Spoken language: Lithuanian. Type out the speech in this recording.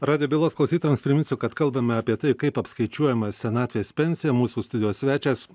radijo bylos klausytojams priminsiu kad kalbame apie tai kaip apskaičiuojama senatvės pensija mūsų studijos svečias